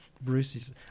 Bruce's